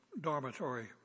dormitory